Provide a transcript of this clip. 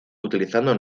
utilizando